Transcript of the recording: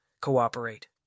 Cooperate